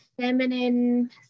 feminine